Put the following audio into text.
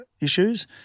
issues